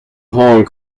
hong